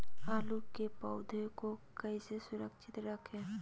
आलू के पौधा को कैसे सुरक्षित रखें?